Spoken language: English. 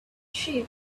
sheep